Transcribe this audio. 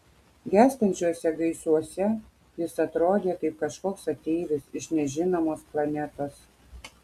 gęstančiuose gaisuose jis atrodė kaip kažkoks ateivis iš nežinomos planetos